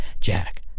Jack